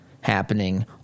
happening